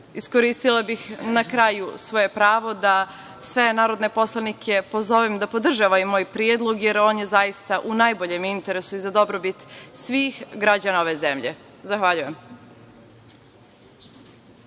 projekte. Iskoristila bih na kraju svoje pravo da sve narodne poslanike pozovem da podrže ovaj moj predlog, jer on je zaista u najboljem interesu i za dobrobit svih građana ove zemlje. Zahvaljujem.